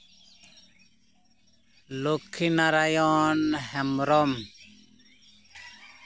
Lakhinarayan Hembrom